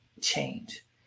change